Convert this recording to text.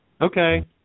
Okay